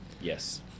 Yes